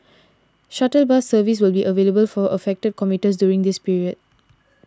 shuttle bus service will be available for affected commuters during this period